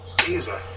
Caesar